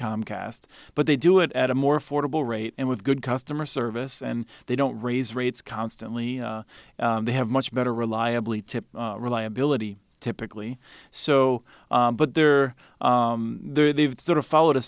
comcast but they do it at a more affordable rate and with good customer service and they don't raise rates constantly they have much better reliably tip reliability typically so but there are or there they've sort of followed a